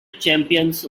champions